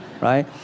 right